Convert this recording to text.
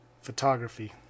photography